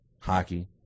hockey